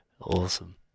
Awesome